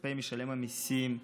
כספי משלם המיסים.